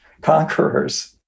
conquerors